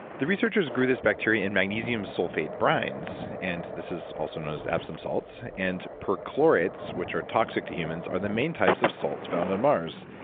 the researchers grew these bacteria in magnesium sulfate brines and this is also known as epsom salts and perchlorates, which are toxic to humans, are the main types of salts found on mars.